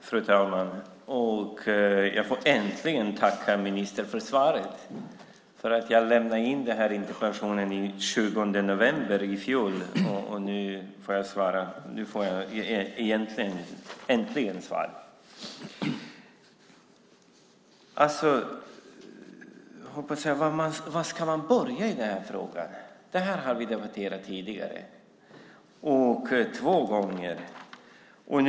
Fru talman! Jag får äntligen tacka ministern för svaret. Jag lämnade in interpellationen den 20 november i fjol, och nu får jag äntligen svaret. Vad ska man börja med i denna fråga? Det här har vi debatterat två gånger tidigare.